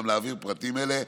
גם להעביר פרטים אלה.